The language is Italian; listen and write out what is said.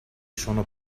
sono